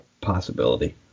possibility